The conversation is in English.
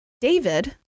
David